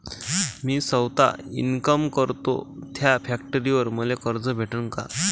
मी सौता इनकाम करतो थ्या फॅक्टरीवर मले कर्ज भेटन का?